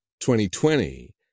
2020